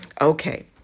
Okay